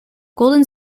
golden